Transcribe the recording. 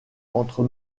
entre